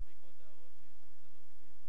גם בעקבות הערות מצד הרופאים,